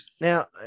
now